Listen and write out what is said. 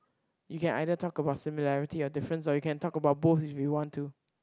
you can either talk about similarity or difference or you can talk about both if you want to